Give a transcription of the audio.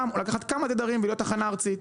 או לקחת כמה תדרים ולהיות תחנה ארצית.